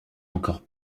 encore